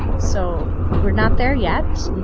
so we're not there yet.